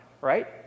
right